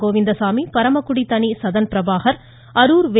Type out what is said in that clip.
கோவிந்தசாமி பரமக்குடி தனி சதன் பிரபாகர் அரூர் வே